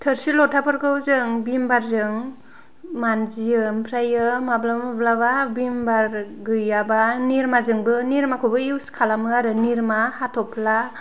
थोरसि लथाफोरखौ जों भिमबारजों मानजियो आमफ्रायो माब्लाबा माब्लाबा भिम बार गैयाब्ला निरमा जोंबो निरमाखौबो इउस खालामो आरो निरमा हाथ'फ्ला